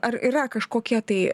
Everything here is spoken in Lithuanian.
ar yra kažkokie tai